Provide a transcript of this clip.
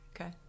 Okay